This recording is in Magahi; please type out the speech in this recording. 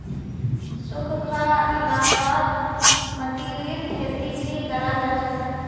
सुखखा इलाकात मतीरीर खेती भी कराल जा छे